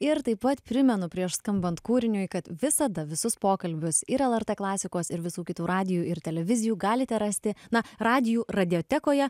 ir taip pat primenu prieš skambant kūriniui kad visada visus pokalbius ir lrt klasikos ir visų kitų radijų ir televizijų galite rasti na radijų radiotekoje